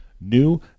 new